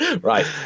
Right